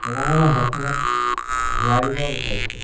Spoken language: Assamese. সেইকাৰণে মই হেডফোনত ঘূৰাই দিব বিচাৰিছোঁ